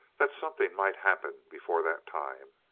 that something might happen before that time.